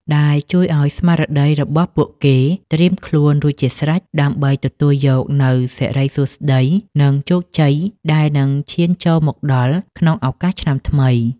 ដែលជួយឱ្យស្មារតីរបស់ពួកគេត្រៀមខ្លួនរួចជាស្រេចដើម្បីទទួលយកនូវសិរីសួស្ដី និងជោគជ័យដែលនឹងឈានចូលមកដល់ក្នុងឱកាសឆ្នាំថ្មី។